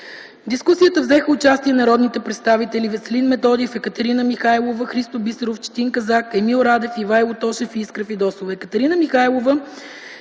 дискусията взеха участие народните представители Веселин Методиев, Екатерина Михайлова, Христо Бисеров, Четин Казак, Емил Радев, Ивайло Тошев и Искра Фидосова. Екатерина Михайлова